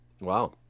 Wow